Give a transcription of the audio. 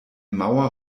mauer